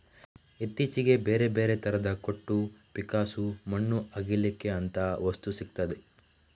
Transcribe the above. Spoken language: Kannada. ಇತ್ತೀಚೆಗೆ ಬೇರೆ ಬೇರೆ ತರದ ಕೊಟ್ಟು, ಪಿಕ್ಕಾಸು, ಮಣ್ಣು ಅಗೀಲಿಕ್ಕೆ ಅಂತ ವಸ್ತು ಸಿಗ್ತದೆ